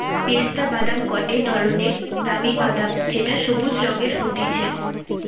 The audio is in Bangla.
পেস্তা বাদাম গটে ধরণের দামি বাদাম যেটো সবুজ রঙের হতিছে